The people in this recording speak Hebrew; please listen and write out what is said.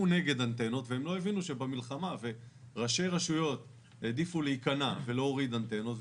נגד אנטנות וראשי רשויות העדיפו להיכנע ולהוריד אנטנות.